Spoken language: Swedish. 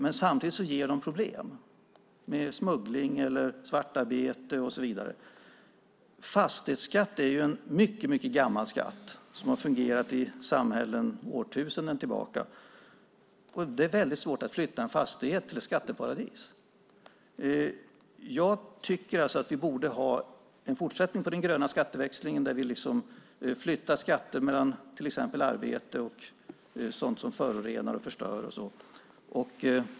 Men samtidigt ger de problem med smuggling, svartarbete och så vidare. Fastighetsskatten är en mycket gammal skatt som fungerat i samhällen i årtusenden. Det är väldigt svårt att flytta en fastighet till ett skatteparadis. Jag tycker att vi borde ha en fortsättning på den gröna skatteväxlingen - att vi flyttar skatter mellan till exempel arbete och sådant som förorenar, förstör etcetera.